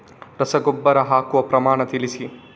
ರಸಗೊಬ್ಬರ ಹಾಕುವ ಪ್ರಮಾಣ ತಿಳಿಸಿ